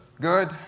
Good